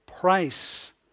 price